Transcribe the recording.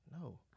No